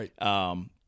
Right